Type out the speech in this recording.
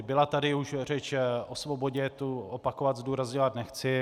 Byla tady už řeč o svobodě, tu opakovat, zdůrazňovat nechci.